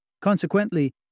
Consequently